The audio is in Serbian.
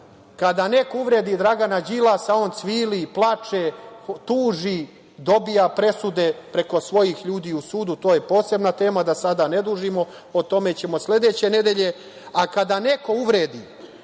Kada neko uvredi Dragana Đilasa, on cvili, plače, tuži, dobija presude preko svojih ljudi u sudu, to je posebna tema, da sada ne dužimo, o tome ćemo sledeće nedelje, a kada neko uvredi